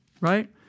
Right